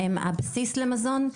הבסיס למזון,